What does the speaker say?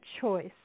choice